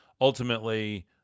Ultimately